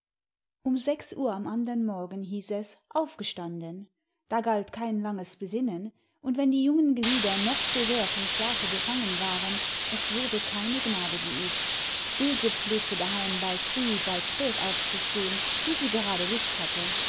um sechs uhr am andern morgen hieß es aufgestanden da galt kein langes besinnen und wenn die jungen glieder noch so sehr vom schlafe befangen waren es wurde keine gnade geübt ilse pflegte daheim bald früh bald spät aufzustehen wie sie gerade lust hatte